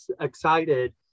excited